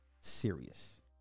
serious